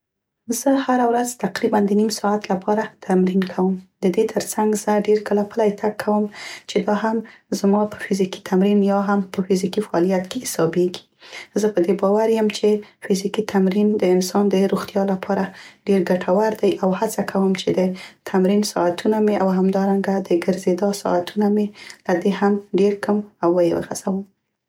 زه هر ورځ تقریباً د نیم ساعت لپاره تمرین کوم، د دې تر زه ډير کله پلی تګ کوم چې دا هم زما په فزیکي تمرین، یا هم په فزیکي فعالیت کې حسابیګي، زه په دې باور یم چې فزیکي تمرین د انسان د روغتیا لپاره ډیر ګټور دی او هڅه کوم چې دې تمرین ساعتونه مې او همدارنګه د ګرځيدا ساعتونه مې له دې هم ډير کم او ویې غزوم.